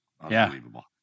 Unbelievable